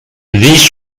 these